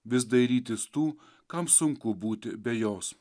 vis dairytis tų kam sunku būti be jos